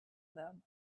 them